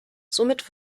somit